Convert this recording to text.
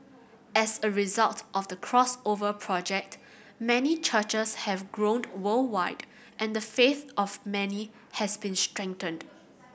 as a result of the Crossover Project many churches have grown worldwide and the faith of many has been strengthened